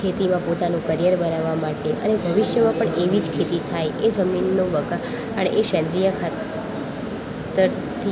ખેતીમાં પોતાનું કરિયર બનાવવા માટે અને ભવિષ્યમાં પણ એવી જ ખેતી થાય એ જમીનનો બગાડ એ સેન્દ્રીય ખાતરથી